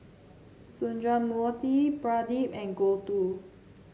Sundramoorthy Pradip and Gouthu